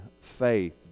faith